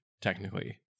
technically